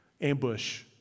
ambush